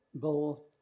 Bill